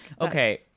okay